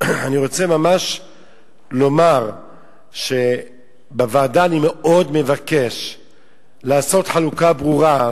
אני רוצה ממש לומר שבוועדה אני מאוד מבקש לעשות חלוקה ברורה,